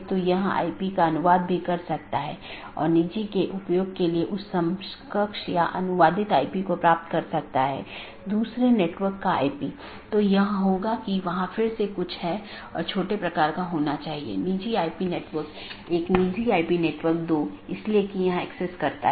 इसलिए पथ का वर्णन करने और उसका मूल्यांकन करने के लिए कई पथ विशेषताओं का उपयोग किया जाता है और राउटिंग कि जानकारी तथा पथ विशेषताएं साथियों के साथ आदान प्रदान करते हैं इसलिए जब कोई BGP राउटर किसी मार्ग की सलाह देता है तो वह मार्ग विशेषताओं को किसी सहकर्मी को विज्ञापन देने से पहले संशोधित करता है